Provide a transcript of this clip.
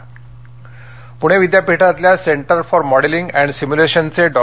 पणे विद्यापीठ पूणे विद्यापीठातल्या centre for modelling and simulation चे डॉ